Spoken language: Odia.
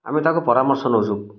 ଆମେ ତାକୁ ପରାମର୍ଶ ନଉଛୁ